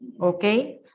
Okay